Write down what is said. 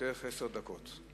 לרשותך עשר דקות.